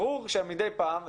ברור שמדי פעם,